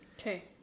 Okay